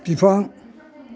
बिफां